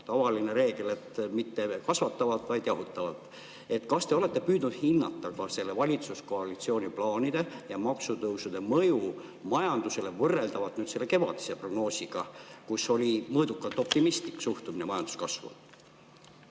tavaline reegel – mitte kasvatavalt, vaid jahutavalt. Kas te olete püüdnud hinnata ka selle valitsuskoalitsiooni plaanide ja maksutõusude mõju majandusele, võrreldes selle kevadise prognoosiga, kus oli mõõdukalt optimistlik suhtumine majanduskasvu?